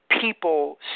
People